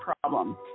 problem